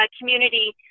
community